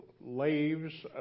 leaves